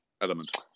Element